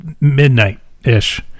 midnight-ish